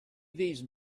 these